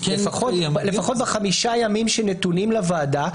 לפחות בחמישה ימים שנתונים לוועדה,